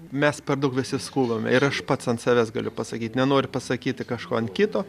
mes per daug visi skubame ir aš pats ant savęs galiu pasakyt nenoriu pasakyti kažko ant kito